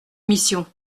mission